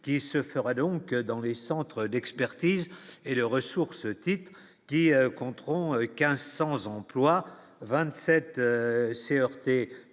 qui se fera donc dans les centres d'expertise et de ressources tit dit compteront 15, sans emploi, 27